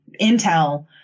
intel